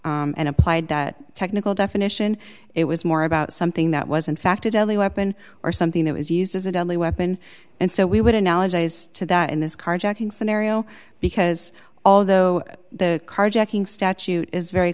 gone and applied that technical definition it was more about something that was in fact a deadly weapon or something that was used as a deadly weapon and so we would analogize to that in this carjacking scenario because although the carjacking statute is very